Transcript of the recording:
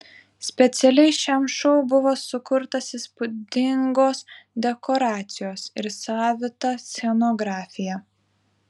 specialiai šiam šou buvo sukurtos įspūdingos dekoracijos ir savita scenografija